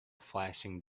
flashing